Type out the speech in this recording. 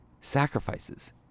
sacrifices